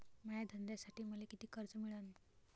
माया धंद्यासाठी मले कितीक कर्ज मिळनं?